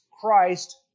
Christ